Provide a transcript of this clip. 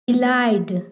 elite